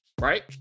right